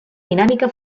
dinàmica